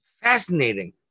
Fascinating